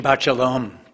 shalom